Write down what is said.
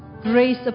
grace